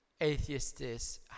atheists